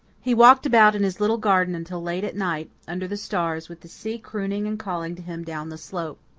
he walked about in his little garden until late at night, under the stars, with the sea crooning and calling to him down the slope.